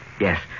Yes